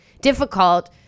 difficult